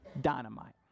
dynamite